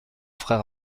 frères